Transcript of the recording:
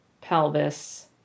pelvis